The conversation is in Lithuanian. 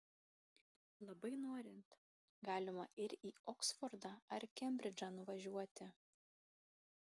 labai norint galima ir į oksfordą ar kembridžą nuvažiuoti